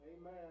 Amen